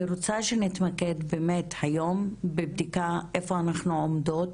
אני רוצה שנתמקד היום בבדיקה איפה אנחנו עומדות,